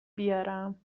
بیارم